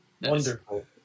Wonderful